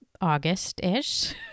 August-ish